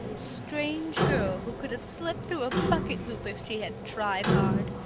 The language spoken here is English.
strange girl who could have slipped through a bucket hoop if she had tried hard.